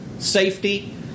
safety